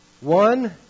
One